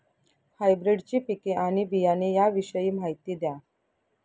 हायब्रिडची पिके आणि बियाणे याविषयी माहिती द्या